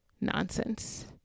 nonsense